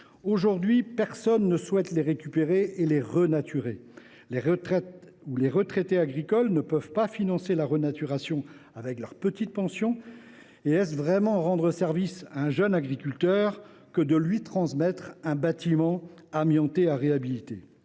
Aujourd’hui, personne ne souhaite les récupérer et les renaturer. Les retraités agricoles ne peuvent financer la renaturation avec leurs petites pensions et est ce vraiment rendre service à un jeune agriculteur que de lui transmettre un bâtiment amianté à réhabiliter ?